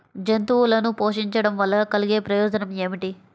జంతువులను పోషించడం వల్ల కలిగే ప్రయోజనం ఏమిటీ?